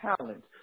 talent